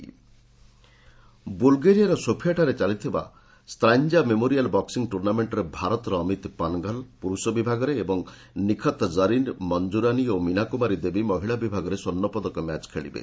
boxing ବୁଲ୍ଗେରିଆର ସୋଫିଆଠାରେ ଚାଲିଥିବା ସ୍ୱାନ୍ଜା ମେମୋରିଆଲ୍ ବକ୍ଲିଂ ଟୁର୍ଣ୍ଣାମେଣ୍ଟ୍ରେ ଭାରତ ଅମିତ ପନ୍ଘଲ ପୁରୁଷ ବିଭାଗରେ ଏବଂ ନିଖତ୍ ଜରିନ୍ ମଞ୍ଜୁରାନୀ ଓ ମୀନାକୁମାରୀ ଦେବୀ ମହିଳା ବିଭାଗରେ ସ୍ୱର୍ଣ୍ଣପଦକ ମ୍ୟାଚ୍ ଖେଳିବେ